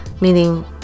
meaning